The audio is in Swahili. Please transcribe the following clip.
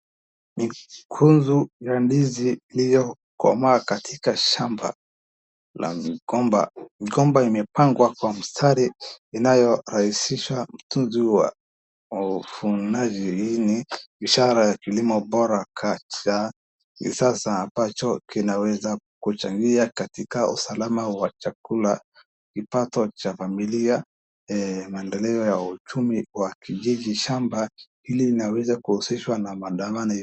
Kunzu ya ndizi iliyokomaa katika shamba la mgomba. Mgomba imepangwa kwa mstari inayorahisisha utunzi wa uvunaji hii ni ishara ya kilimo bora kachaa ya sasa amabacho kinayoweza kuchangia katika usalama wa chakula, kipato cha familia, maendeleo ya uchumi wa kijiji shamba hili linaweza kuhusishwa na madawa.